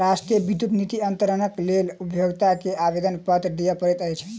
राष्ट्रीय विद्युत निधि अन्तरणक लेल उपभोगता के आवेदनपत्र दिअ पड़ैत अछि